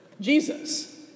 Jesus